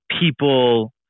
people